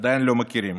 עדיין לא מכירים,